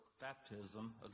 baptism